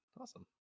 Awesome